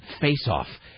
face-off